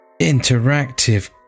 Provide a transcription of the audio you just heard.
Interactive